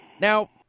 Now